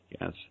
Yes